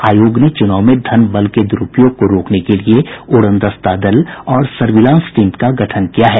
आयोग ने चुनाव में धन बल के दुरूपयोग को रोकने के लिए उड़नदस्ता दल और सर्विलांस टीम का गठन किया है